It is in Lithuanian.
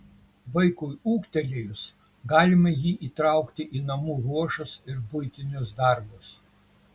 vaikui ūgtelėjus galima jį įtraukti į namų ruošos ir buitinius darbus